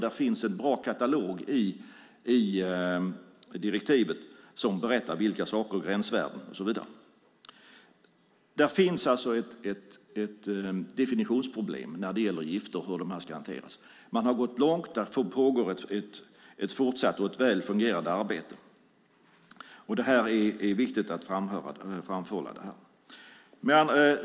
Det finns en bra katalog i direktivet där detta framgår, med gränsvärden och så vidare. Det finns alltså ett definitionsproblem när det gäller gifter och hur de ska hanteras. Man har gått långt, och det pågår ett väl fungerande arbete. Det är viktigt att framhålla detta.